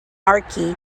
archie